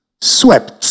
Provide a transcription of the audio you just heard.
swept